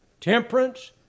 temperance